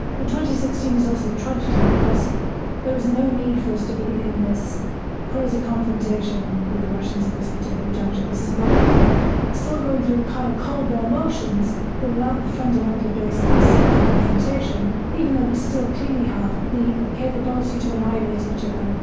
sixteen is also a tragedy, because there is no need for us to be in this crazy confrontation with the russians at this particular juncture. this is not the cold war, still going through the kind of cold war motions, but without the fundamental basis of the confrontation, even though we still clearly have the ah capability to annihilate each other,